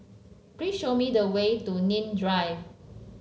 please show me the way to Nim Drive